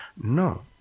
No